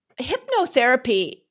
Hypnotherapy